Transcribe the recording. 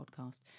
podcast